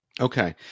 Okay